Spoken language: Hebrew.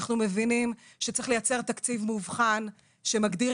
אנחנו מבינים שצריך לייצר תקציב מובחן שמגדיר